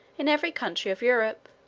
in every country of europe,